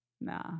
Nah